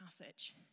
passage